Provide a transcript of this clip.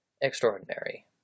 extraordinary